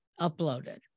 uploaded